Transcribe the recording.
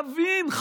תבין,